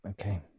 Okay